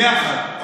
ביחד?